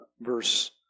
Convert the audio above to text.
verse